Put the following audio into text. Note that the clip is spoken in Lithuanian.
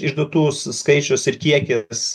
išduotų skaičius ir kiekis